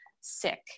sick